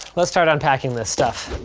let's start unpacking this stuff.